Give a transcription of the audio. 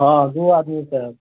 हँ दू आदमीसँ आयब